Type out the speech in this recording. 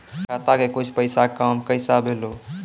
खाता के कुछ पैसा काम कैसा भेलौ?